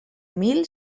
mil